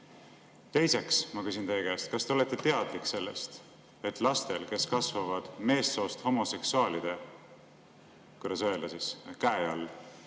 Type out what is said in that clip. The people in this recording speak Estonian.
Teiseks, ma küsin teie käest, kas te olete teadlik sellest, et lastel, kes kasvavad meessoost homoseksuaalide, kuidas öelda, käe all,